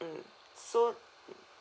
mm so